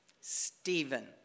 Stephen